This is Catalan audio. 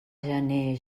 gener